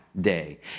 day